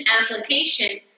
application